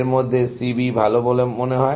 এর মধ্যে C B ভালো বলে মনে হয়